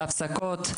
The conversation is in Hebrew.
בהפסקות,